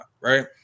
right